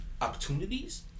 opportunities